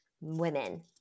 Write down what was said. women